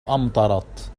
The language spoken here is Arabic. أمطرت